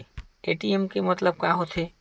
ATM के मतलब का होथे?